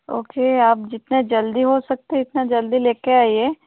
okay आप जितना जल्दी हो सकता उतना जल्दी ले कर आइए